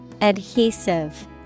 Adhesive